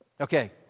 Okay